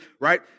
right